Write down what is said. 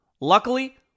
Luckily